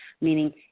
meaning